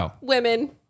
women